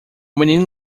menino